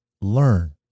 Learn